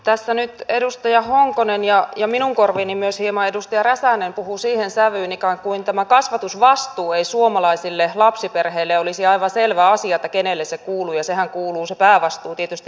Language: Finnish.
tässä nyt edustaja honkonen ja minun korviini myös hieman edustaja räsänen puhuivat siihen sävyyn ikään kuin tämä kasvatusvastuu ei suomalaisille lapsiperheille olisi aivan selvä asia kenelle se kuuluu ja sehän kuuluu se päävastuu tietysti vanhemmille